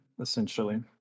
Essentially